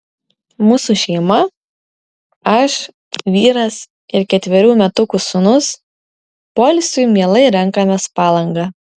mūsų šeima aš vyras ir ketverių metukų sūnus poilsiui mielai renkamės palangą